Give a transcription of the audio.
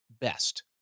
best